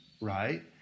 right